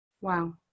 Wow